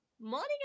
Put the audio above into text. morning